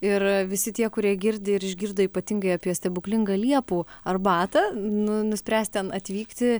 ir visi tie kurie girdi ir išgirdo ypatingai apie stebuklingą liepų arbatą nu nuspręs ten atvykti